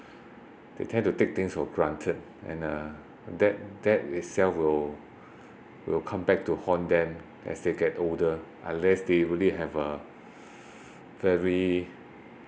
they tend to take things for granted and uh that that itself will will come back to haunt them as they get older unless they really have a very